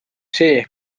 see